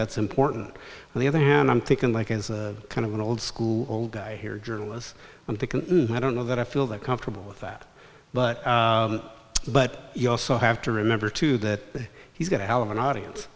that's important and the other hand i'm thinking like a kind of an old school guy here journalists i'm thinking i don't know that i feel that comfortable with that but but you also have to remember too that he's got a hell of an audience